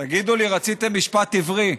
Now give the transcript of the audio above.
תגידו לי, רציתם משפט עברי,